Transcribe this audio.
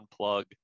unplug